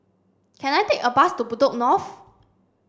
can I take a bus to Bedok North